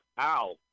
Ow